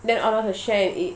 then all of us share and eat